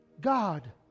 God